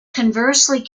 conversely